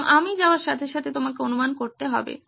এবং আমি যাওয়ার সাথে সাথে তোমাকে অনুমান করতে হবে